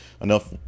enough